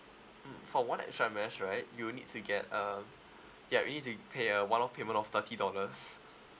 mm for one extra mesh right you will need to get uh ya you need to pay a one off payment of thirty dollars